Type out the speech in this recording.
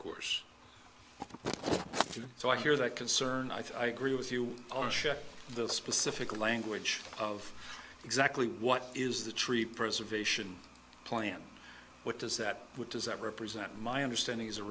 course so i hear that concern i think agree with you on the specific language of exactly what is the tree preservation plan what does that what does that represent my understanding is